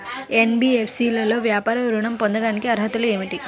NBFC లో వ్యాపార ఋణం పొందటానికి అర్హతలు ఏమిటీ?